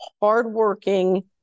hardworking